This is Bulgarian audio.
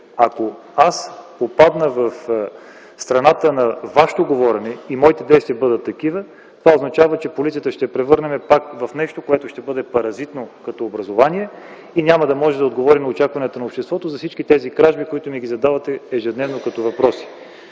ако аз попадна в страната на Вашето говорене и моите действия бъдат такива, това означава, че ще превърнем полицията пак в нещо, което ще бъде паразитно като образувание, и няма да може да отговори на очакванията на обществото за всички тези кражби, които ми задавате ежедневно като въпроси.